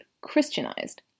Christianized